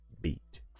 beat